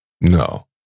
No